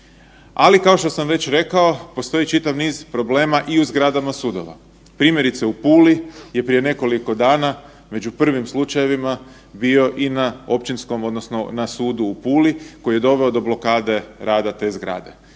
Ali kao što sam već rekao postoji čitav niz problema i u zgradama sudova. Primjerice u Puli je prije nekoliko dana među prvim slučajevima bio i na općinskom odnosno na sudu u Puli koji je doveo do blokade rada te zgrade.